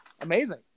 amazing